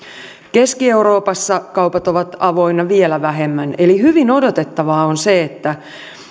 keski euroopassa kaupat ovat avoinna vielä vähemmän eli hyvin odotettavaa on se että